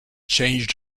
changed